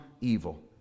evil